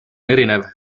erinev